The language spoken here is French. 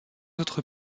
autres